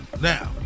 Now